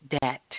debt